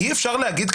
אי אפשר להגיד,